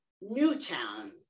Newtown